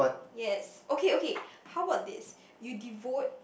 yes okay okay how about this you devote